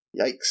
Yikes